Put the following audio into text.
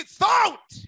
thought